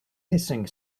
hissing